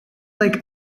like